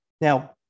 Now